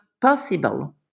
possible